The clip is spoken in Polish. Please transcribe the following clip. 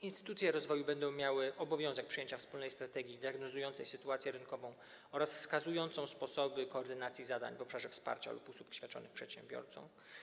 Instytucje rozwoju będą miały obowiązek przyjęcia wspólnej strategii diagnozującej sytuację rynkową oraz wskazującej sposoby koordynacji zadań w obszarze wsparcia lub usług świadczonych przedsiębiorcom.